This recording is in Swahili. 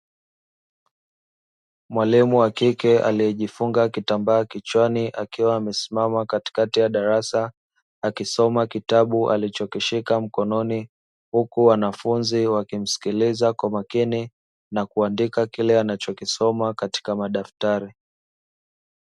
Mwalimu wa kike aliyejifunga kitambaa kichwani, akiwa amesimama katikati ya darasa akisoma kitabu alichokishika mkononi, huku wanafunzi wakimsikiliza kwa makini, na kuandika kile anachokisoma katika madaftari.